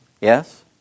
yes